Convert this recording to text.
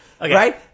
right